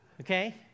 okay